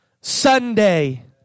Sunday